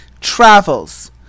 travels